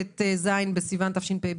ט"ז סיון התשפ"ב,